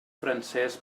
francés